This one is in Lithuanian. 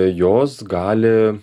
jos gali